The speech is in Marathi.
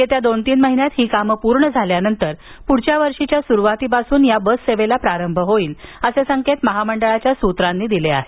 येत्या दोन तीन महिन्यात ही कामे पूर्ण झाल्यानंतर पुढील वर्षीच्या सुरुवातीपासून या बस सेवेला प्रारंभ होईल असे संकेत महामंडळाच्या सूत्रांनी दिले आहेत